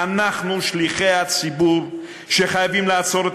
אנחנו שליחי הציבור שחייבים לעצור את